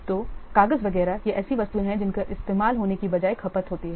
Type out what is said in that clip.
तो कागज वगैरह ये ऐसी वस्तुएं हैं जिनका इस्तेमाल होने की बजाय खपत होती है